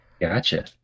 gotcha